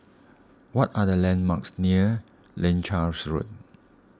what are the landmarks near Leuchars Road